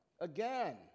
again